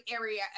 area